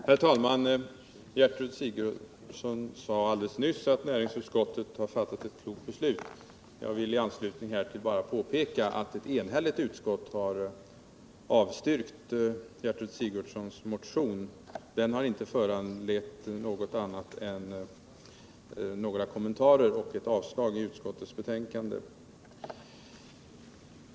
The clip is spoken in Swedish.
Herr talman! Gertrud Sigurdsen sade nyss att näringsutskottet fattat ett klokt beslut. Jag vill i anslutning härtill bara påpeka att ett enhälligt utskott har avstyrkt Gertrud Sigurdsens motion. Den har inte föranlett några kommentarer och blivit avstyrkt i utskottets betänkande.